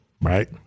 right